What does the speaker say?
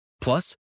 Plus